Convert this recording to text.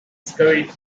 scurried